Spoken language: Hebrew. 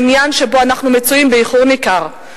היא עניין שבו אנחנו מצויים באיחור ניכר,